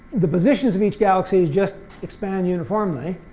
the positions of each galaxy is just expand uniformly,